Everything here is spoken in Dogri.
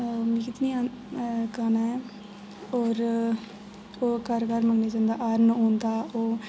गाना ऐ होर ओह् घर घर मंग्गन जंदा हरण ते ओह्